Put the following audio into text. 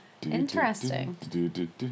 Interesting